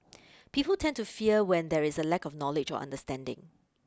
people tend to fear when there is a lack of knowledge or understanding